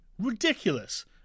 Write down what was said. ridiculous